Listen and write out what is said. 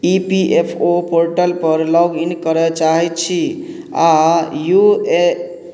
ई P F O पोर्टलपर login करै चाहै छी आओर यू ए